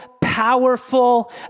powerful